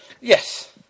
Yes